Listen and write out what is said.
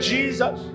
Jesus